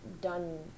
done